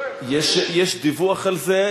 יש דיווח על זה,